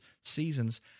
seasons